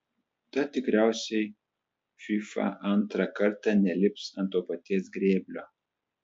tad tikriausiai fifa antrą kartą nelips ant to paties grėblio